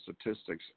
statistics